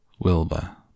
Wilbur